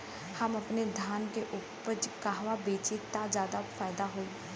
हम अपने धान के उपज कहवा बेंचि त ज्यादा फैदा होई?